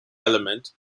element